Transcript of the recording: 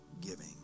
giving